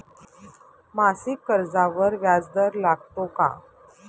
मासिक कर्जावर व्याज दर लागतो का?